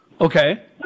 Okay